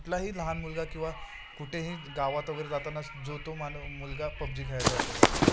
कुठलाही लहान मुलगा किंवा कुठेही गावात वगैरे जाताना जो तो मान मुलगा पबजी खेळायचा असा जा